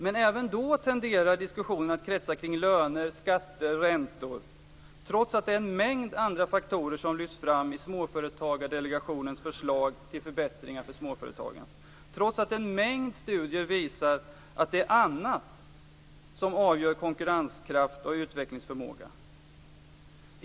Men även då tenderar diskussionen att kretsa kring löner, skatter och räntor, trots att en mängd andra faktorer lyfts fram i Småföretagardelegationens förslag till förbättringar för småföretagen och trots att en mängd studier visar att det är annat som avgör konkurrenskraft och utvecklingsförmåga.